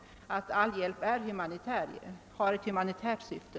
All hjälp har ett humanitärt syfte.